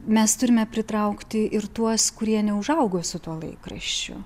mes turime pritraukti ir tuos kurie neužaugo su tuo laikraščiu